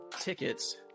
tickets